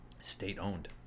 state-owned